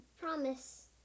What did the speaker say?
Promise